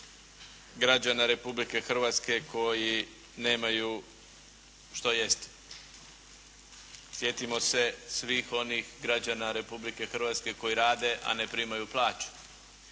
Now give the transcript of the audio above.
građana Republike Hrvatske koji nemaju što jesti. Sjetimo se svih onih građana Republike Hrvatske koji rade a ne primaju plaću,